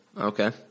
Okay